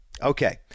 Okay